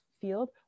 field